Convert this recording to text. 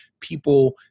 people